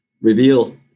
reveal